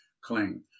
cling